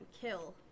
kill